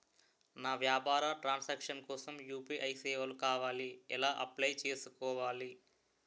నా వ్యాపార transaction కోసం యు.పి.ఐ సేవలు కావాలి ఎలా అప్లయ్ చేసుకోవాలి?